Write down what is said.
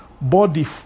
Body